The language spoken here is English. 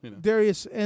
Darius